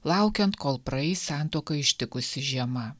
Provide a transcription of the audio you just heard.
laukiant kol praeis santuoką ištikusi žiema